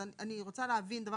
אני רוצה להבין על